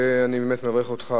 אני באמת מברך אותך,